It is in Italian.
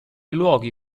luoghi